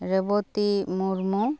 Rebati Murmu